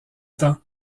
temps